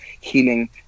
healing